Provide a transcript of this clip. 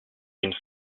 une